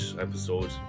episode